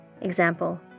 Example